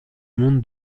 monde